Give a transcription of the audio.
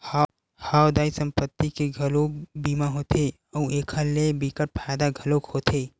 हव दाऊ संपत्ति के घलोक बीमा होथे अउ एखर ले बिकट फायदा घलोक होथे